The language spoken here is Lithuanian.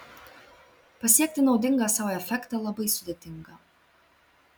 pasiekti naudingą sau efektą labai sudėtinga